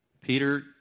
Peter